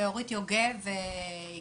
הפסיכולוגית אורית יוגב כאן איתי,